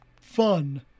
fun